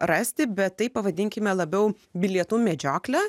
rasti bet tai pavadinkime labiau bilietų medžiokle